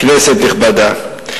כנסת נכבדה,